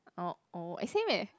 uh oh eh same eh